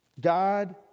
God